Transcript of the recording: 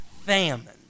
famine